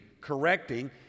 correcting